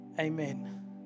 Amen